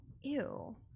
ew